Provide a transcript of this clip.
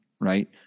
right